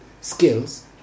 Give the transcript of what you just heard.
skills